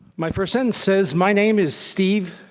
my first sentence says, my name is steve.